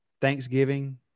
Thanksgiving